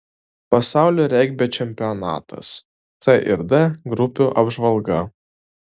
pasaulio regbio čempionatas c ir d grupių apžvalga